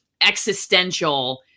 existential